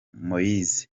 moise